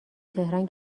تهران